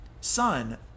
son